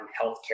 healthcare